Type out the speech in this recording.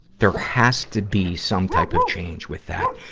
there has to be some type of change with that.